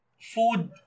food